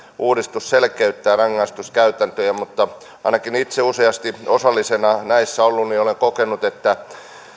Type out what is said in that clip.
uudistus selkeyttää rangaistuskäytäntöjä mutta ainakin itse kun useasti osallisena näissä olen ollut olen kokenut että